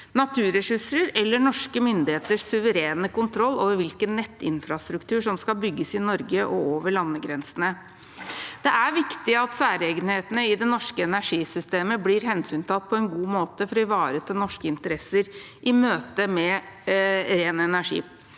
naturressurser eller norske myndigheters suverene kontroll over hvilken nettinfrastruktur som skal bygges i Norge og over landegrensene. Det er viktig at særegenhetene i det norske energisystemet blir hensyntatt på en god måte for å ivareta norske interesser i møte med ren energi-pakken.